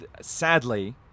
sadly